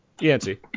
Yancy